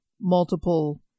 multiple